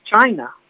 China